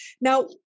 Now